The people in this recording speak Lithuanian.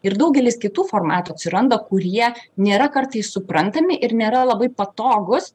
ir daugelis kitų formatų atsiranda kurie nėra kartais suprantami ir nėra labai patogūs